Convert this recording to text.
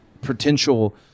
potential